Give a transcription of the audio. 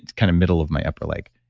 kind of middle of my upper leg.